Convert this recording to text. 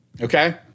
Okay